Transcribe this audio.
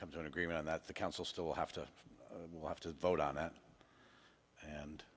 come to an agreement on that the council still have to watch to vote on that and